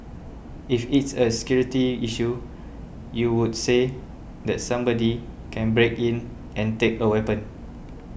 if it's a security issue you would say that somebody can break in and take a weapon